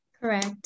Correct